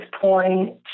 point